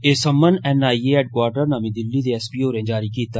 एह सम्मन NIA headquarter नमीं दिल्ली दे एस पी होरें जारी कीता